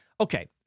Okay